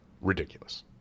ridiculous